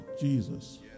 Jesus